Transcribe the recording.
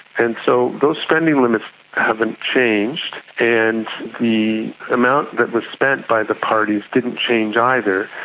and so those spending limits haven't changed, and the amount that was spent by the parties didn't change either,